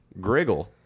Griggle